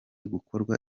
gukorwa